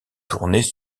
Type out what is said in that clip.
tournées